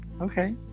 okay